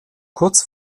kurz